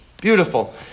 Beautiful